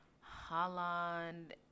Holland